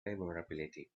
favorability